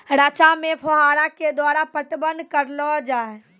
रचा मे फोहारा के द्वारा पटवन करऽ लो जाय?